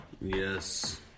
Yes